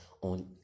on